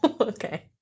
Okay